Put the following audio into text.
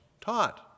taught